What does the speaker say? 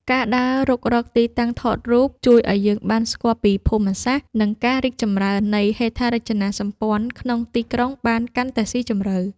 ការដើររុករកទីតាំងថតរូបជួយឱ្យយើងបានស្គាល់ពីភូមិសាស្ត្រ និងការរីកចម្រើននៃហេដ្ឋារចនាសម្ព័ន្ធក្នុងទីក្រុងបានកាន់តែស៊ីជម្រៅ។